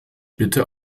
bitte